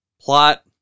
Plot